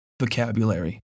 vocabulary